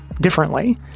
differently